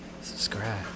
subscribe